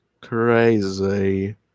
Crazy